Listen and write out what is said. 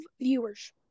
viewers